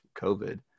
COVID